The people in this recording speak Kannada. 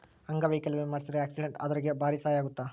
ಅಂಗವೈಕಲ್ಯ ವಿಮೆ ಮಾಡ್ಸಿದ್ರ ಆಕ್ಸಿಡೆಂಟ್ ಅದೊರ್ಗೆ ಬಾರಿ ಸಹಾಯ ಅಗುತ್ತ